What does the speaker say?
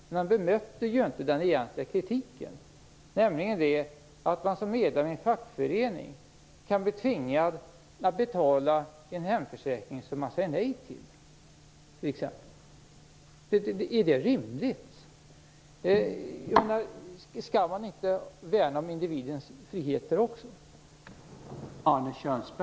Men han bemötte ju inte den egentliga kritiken, nämligen att man som medlem i en fackförening kan bli tvingad att betala en hemförsäkring som man säger nej till. Är det rimligt? Skall vi inte värna om individens friheter också?